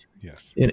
Yes